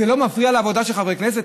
זה לא מפריע לעבודה של חברי כנסת?